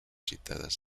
citadas